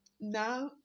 now